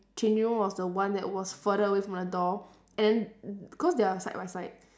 changing room was the one that was further away from the door and then cause they are side by side